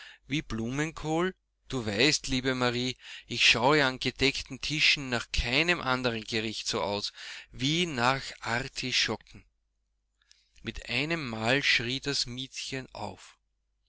wie blumenkohl du weißt liebe marie ich schaue an gedeckten tischen nach keinem anderen gerichte so aus wie nach artischocken mit einem male schrie das miezchen auf